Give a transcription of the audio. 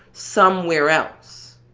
somewhere else.